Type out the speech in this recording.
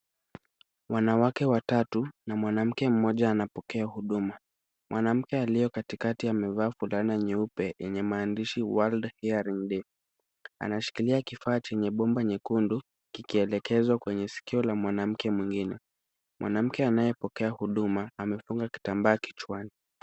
Wanawake watatu na mwanamke mmoja anapokea huduma, mwanamke aliyo katikati amevaa fulana nyeupe yenye maandishi World Hearing Day . Anashikilia kifaa chenye bomba nyekundu kikielekezwa kwenye sikio la mwanamke mwingine, mwanamke anayepokea huduma amefunga kitambaa kichwani.